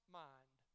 mind